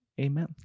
Amen